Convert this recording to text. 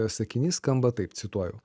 sakinys skamba taip cituoju